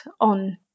on